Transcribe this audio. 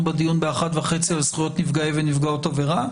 בדיון ב-13:30 על זכויות נפגעי ונפגעות עבירה.